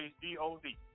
D-O-D